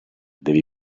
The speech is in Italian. devi